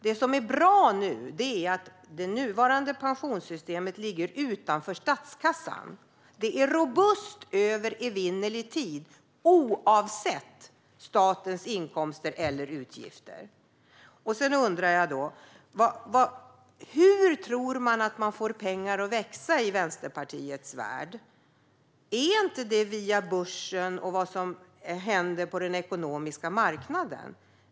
Det som är bra nu är att det nuvarande pensionssystemet ligger utanför statskassan. Det är robust över evinnerlig tid, oavsett statens inkomster och utgifter. Sedan har jag en fråga. Hur tror man i Vänsterpartiets värld att pengar växer? Beror inte det på vad som händer på börsen och på den ekonomiska marknaden?